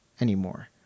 anymore